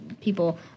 people